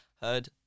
heard